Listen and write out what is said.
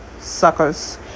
suckers